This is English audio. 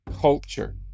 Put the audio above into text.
culture